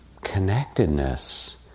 connectedness